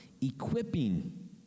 equipping